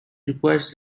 requires